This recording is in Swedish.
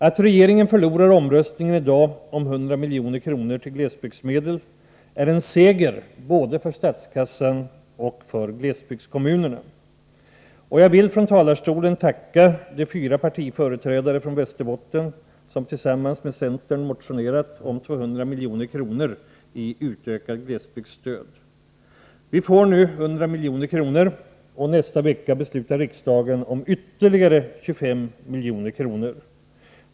Att regeringen förlorar omröstningen i dag om 100 milj.kr. till glesbygdsmedel är en seger både för statskassan och för glesbygdskommunerna. Jag vill från talarstolen tacka de fyra partiföreträdare från Västerbotten som tillsammans med centern motionerat om 200 milj.kr. i utökat glesbygdsstöd. Vi får nu 100 milj.kr., och nästa vecka beslutar riksdagen om ytterligare 25 miljoner.